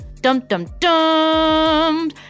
Dum-Dum-Dum